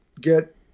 get